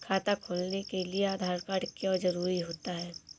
खाता खोलने के लिए आधार कार्ड क्यो जरूरी होता है?